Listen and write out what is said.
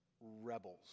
rebels